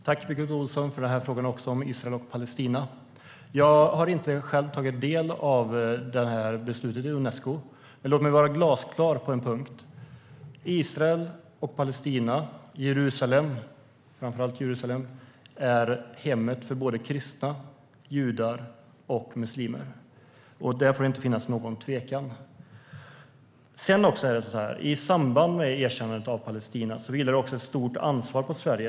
Herr talman! Jag tackar Birgitta Ohlsson för frågan om Israel och Palestina. Jag har inte tagit del av beslutet i Unesco, men låt mig vara glasklar på en punkt: Jerusalem är hem för såväl kristna och judar som muslimer. Det får det inte råda någon tvekan om. I och med erkännandet av Palestina vilar ett stort ansvar på Sverige.